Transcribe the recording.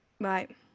Right